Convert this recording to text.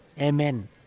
Amen